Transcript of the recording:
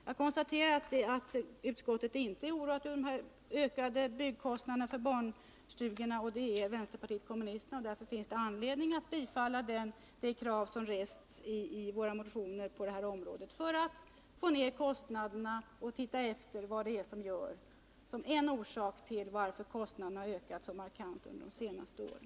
Jag konstaterar således att utskottet inte är oroat över de ökade kostnaderna för barnstugorna. Det är dock vänsterpartiet kommunisterna, och vi finner att det finns anledning att bifalla de krav som vi rest i våra motioner på det här området för att få ner kostnaderna och undersöka vad som är orsakerna till att kostnaderna ökat så markant under de senaste aren.